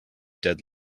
dead